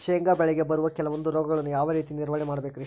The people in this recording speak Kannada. ಶೇಂಗಾ ಬೆಳೆಗೆ ಬರುವ ಕೆಲವೊಂದು ರೋಗಗಳನ್ನು ಯಾವ ರೇತಿ ನಿರ್ವಹಣೆ ಮಾಡಬೇಕ್ರಿ?